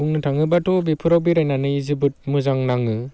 बुंनो थाङोब्लाथ' बेफोराव बेरायनानै जोबोद मोजां नाङो